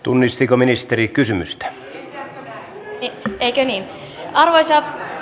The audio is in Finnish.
tunnistiko ministeri kysymystä